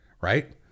right